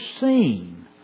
seen